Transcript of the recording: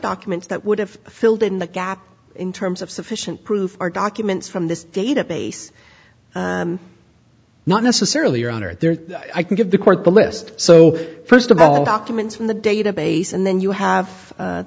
documents that would have filled in the gap in terms of sufficient proof are documents from this database not necessarily around or there i can give the court the list so first of all documents from the database and then you have